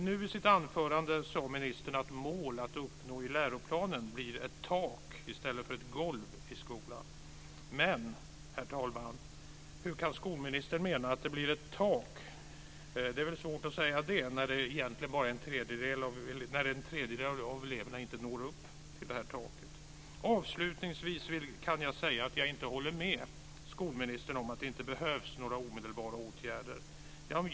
Nu i sitt anförande sade ministern att mål att uppnå i läroplanen blir ett tak i stället för ett golv i skolan. Men, herr talman, hur kan skolministern mena att det blir ett tak? Det är väl svårt att säga det när en tredjedel av eleverna inte når upp till det taket. Avslutningsvis kan jag säga att jag inte håller med skolministern om att det inte behövs några omedelbara åtgärder.